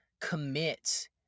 commit